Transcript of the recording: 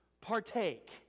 partake